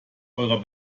eurer